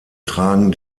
tragen